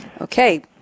Okay